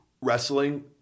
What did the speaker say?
wrestling